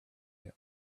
him